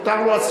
מותר לו?